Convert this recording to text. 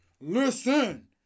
Listen